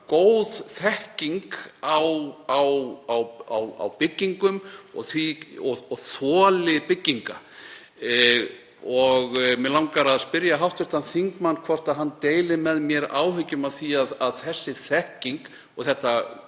góð þekking á byggingum og þoli bygginga. Mig langar að spyrja hv. þingmann hvort hann deili með mér áhyggjum af því að þessi þekking og þetta,